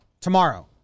Tomorrow